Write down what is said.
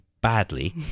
badly